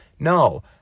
No